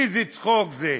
איזה צחוק זה?